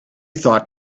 thought